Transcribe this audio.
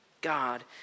God